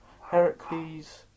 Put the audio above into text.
Heracles